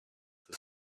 the